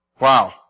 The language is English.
Wow